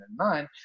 2009